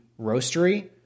roastery